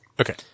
okay